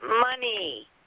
money